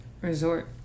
resort